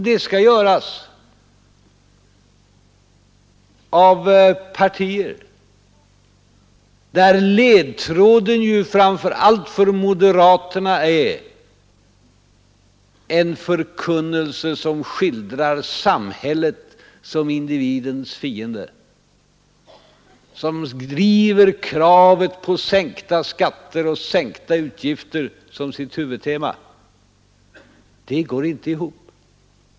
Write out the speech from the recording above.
Det skall göras av partier, där ledtråden framför allt för moderaterna är en förkunnelse som skildrar samhället som individens fiende, som driver kravet på sänkta skatter och sänkta utgifter som sitt huvudtema. Det går inte ihop.